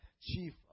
chief